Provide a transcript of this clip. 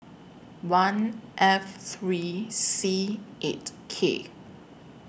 one F three C eight K